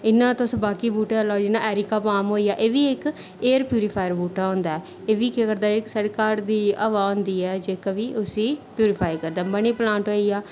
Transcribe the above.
इंया तुस बाकी बूह्टे होई गे जियां एरिकाबाम होई गेआ एह् बी इक एयर प्यूरीफायर बूह्टा होंदा ऐ एह् बी केह् करदा ऐ जेह्की बी साढ़ी घर दी हवा होंदी ऐ जेहकी उसी प्यूरीफाई करदा ऐ मनी प्लांट होई गेआ